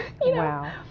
wow